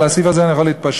על הסעיף הזה אני יכול להתפשר.